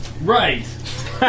Right